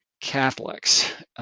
Catholics—